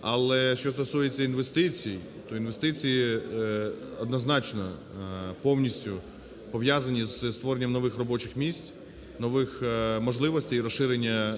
Але що стосується інвестицій, то інвестиції однозначно, повністю пов'язані зі створенням нових робочих місць, нових можливостей і розширення